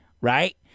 Right